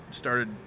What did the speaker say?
started